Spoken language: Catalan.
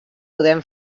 podem